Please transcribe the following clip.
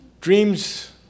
dreams